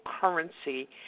currency